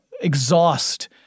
exhaust